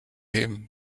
him